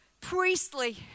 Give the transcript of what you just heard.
priestly